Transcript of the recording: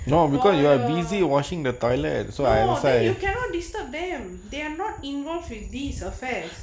for your no then you cannot disturb them they are not involved with these affairs